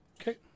okay